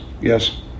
Yes